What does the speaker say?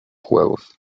juegos